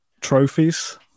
trophies